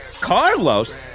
Carlos